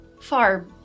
far